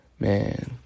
Man